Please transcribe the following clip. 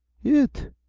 it?